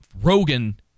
rogan